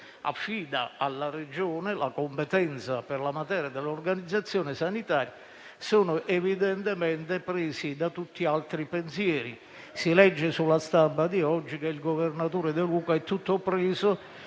affida alla Regione la competenza per la materia dell'organizzazione sanitaria - sono evidentemente prese da tutt'altri pensieri. Si legge sulla stampa di oggi che il governatore De Luca è tutto preso